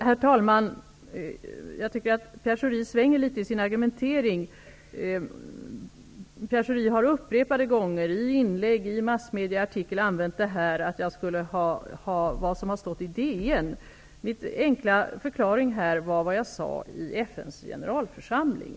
Herr talman! Jag tycker att Pierre Schori svänger litet i sin argumentering. Pierre Schori har upprepade gånger i inlägg och artiklar i massmedia använt det som har stått i DN. Min enkla förklaring var vad jag sade i FN:s generalförsamling.